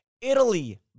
Italy